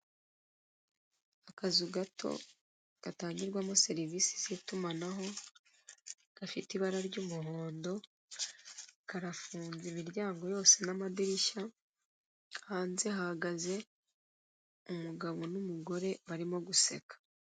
Akazu gato gatangirwamo serivise z'itumanaho gafite ibara ry'umuhondo karafunze imiryango yose n'amadirishya hanze hahagaze umugabo n'umugore barimo guseka.